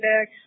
back